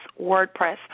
WordPress